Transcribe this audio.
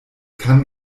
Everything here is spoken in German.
kann